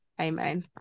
Amen